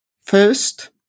First